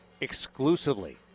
exclusively